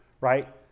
right